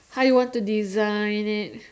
how you want to design it